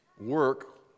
work